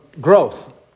growth